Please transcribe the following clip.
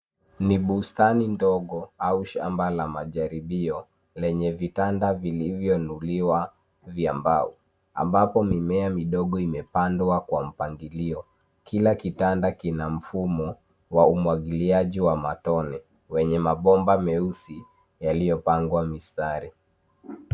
Ni bustani ndogo au shamba la majaribio ,lenye vitanda vilivyoinuliwa vya mbao. Ambapo mimea midogo imepandwa kwa mpangilio .Kila kitanda kina mfumo wa umwagiliaji wa matone wenye mabomba meusi , yaliyopangwa mistari.